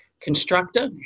constructor